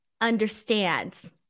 understands